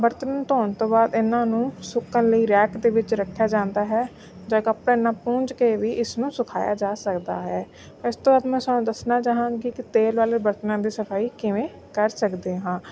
ਬਰਤਨ ਧੋਣ ਤੋਂ ਬਾਅਦ ਇਹਨਾਂ ਨੂੰ ਸੁੱਕਣ ਲਈ ਰੈਕ ਦੇ ਵਿੱਚ ਰੱਖਿਆ ਜਾਂਦਾ ਹੈ ਜਾਂ ਕੱਪੜੇ ਨਾਲ ਪੂੰਝ ਕੇ ਵੀ ਇਸ ਨੂੰ ਸੁਕਾਇਆ ਜਾ ਸਕਦਾ ਹੈ ਇਸ ਤੋਂ ਅੱਜ ਮੈਂ ਸਾਨੂੰ ਦੱਸਣਾ ਚਾਹਾਂਗੀ ਕਿ ਤੇਲ ਵਾਲੇ ਬਰਤਨਾਂ ਦੀ ਸਫਾਈ ਕਿਵੇਂ ਕਰ ਸਕਦੇ ਹਾਂ